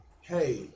hey